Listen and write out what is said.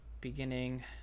beginning